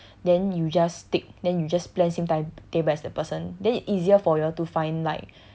then you just stick then you just plan same timetable as the person then easier for you all to find like